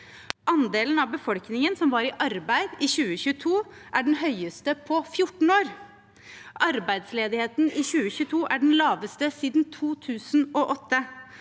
Andelen av befolkningen som var i arbeid i 2022, er den høyeste på 14 år. Arbeidsledigheten i 2022 er den laveste siden 2008.